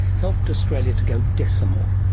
helped australia to go decimal.